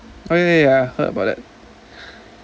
oh ya ya I heard about that